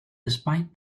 despite